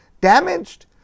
damaged